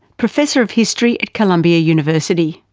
professor of history at columbia university.